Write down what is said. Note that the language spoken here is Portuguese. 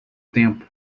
tempo